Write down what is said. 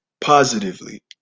positively